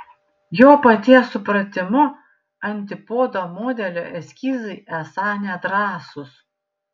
jo paties supratimu antipodo modelio eskizai esą nedrąsūs